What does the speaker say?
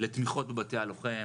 לתמיכות בבתי הלוחם,